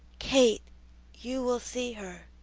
kate you will see her,